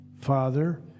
father